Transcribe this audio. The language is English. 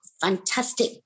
fantastic